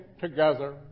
together